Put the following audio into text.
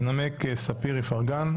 תנמק ספיר איפרגן,